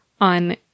on